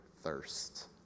thirst